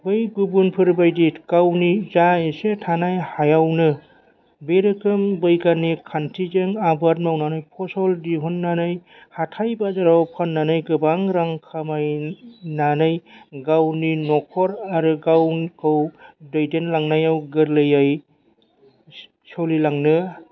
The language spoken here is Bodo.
बै गुबुनफोरबायदि गावनि जा एसे थानाय हायावनो बे रोखोम बैगानिक खान्थिजों आबाद मावनानै फसल दिहुननानै हाथाय बाजाराव फाननानै गोबां रां खामायनानै गावनि न'खर आरो गावखौ दैदेनलांनायाव गोरलैयै सोलिलांनो